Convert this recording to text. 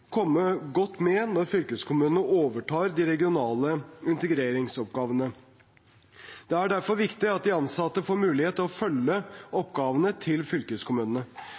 komme godt med når fylkeskommunene overtar de regionale integreringsoppgavene. Det er derfor viktig at de ansatte får mulighet til å følge oppgavene til fylkeskommunene.